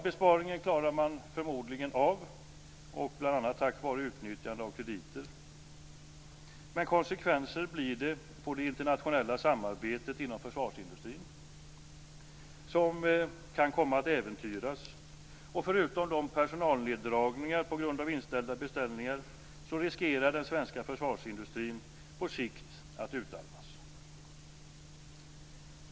Ja, besparingen klarar man förmodligen av, bl.a. tack vare utnyttjande av krediter. Men det blir konsekvenser för det internationella samarbetet inom försvarsindustrin som gör att det kan komma att äventyras. Förutom personalneddragningar på grund av inställda beställningar riskerar den svenska försvarsindustrin på sikt att utarmas.